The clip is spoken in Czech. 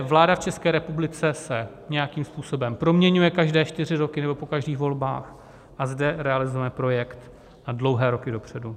Vláda v České republice se nějakým způsobem proměňuje každé čtyři roky nebo po každých volbách a zde je realizovaný projekt na dlouhé roky dopředu.